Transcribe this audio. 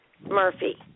murphy